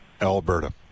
Alberta